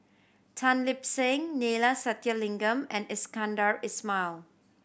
Tan Lip Seng Neila Sathyalingam and Iskandar Ismail